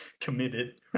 Committed